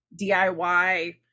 DIY